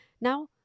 Now